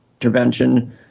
intervention